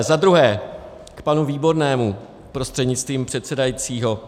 Za druhé k panu Výbornému prostřednictvím předsedajícího.